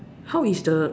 how is the